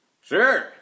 Sure